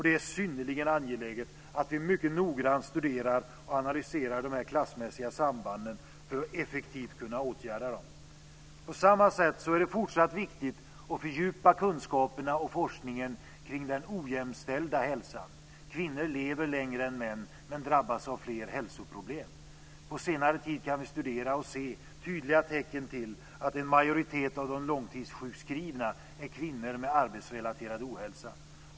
Det är synnerligen angeläget att vi mycket noggrant studerar och analyserar de klassmässiga sambanden för att effektivt kunna åtgärda dem. På samma sätt är det fortsatt viktigt att fördjupa kunskaperna och forskningen kring den ojämställda hälsan. Kvinnor lever längre än män men drabbas av fler hälsoproblem. På senare tid kan vi studera och se tydliga tecken till att en majoritet av de långtidssjukskrivna är kvinnor med arbetsrelaterad ohälsa.